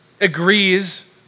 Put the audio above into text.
Agrees